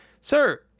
sir